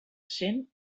cent